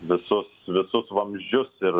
visus visus vamzdžius ir